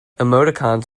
emoticons